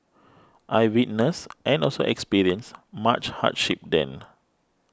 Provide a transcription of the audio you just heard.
I witnessed and also experienced much hardship then